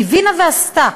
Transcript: היא הבינה ועשתה.